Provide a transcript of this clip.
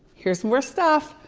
here's more stuff.